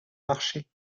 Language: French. marché